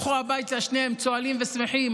שניהם הלכו הביתה צוהלים ושמחים.